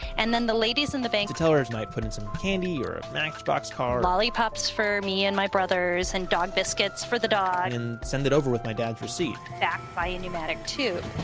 and then the ladies in the bank the tellers might put in some candy or a matchbox car lollipops for me and my brothers and dog biscuits for the dog and send it over with my dad's receipt back by the pneumatic tube.